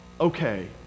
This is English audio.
Okay